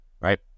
right